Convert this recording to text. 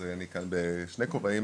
אז אני כאן בשני כובעים,